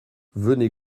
venez